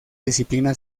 disciplina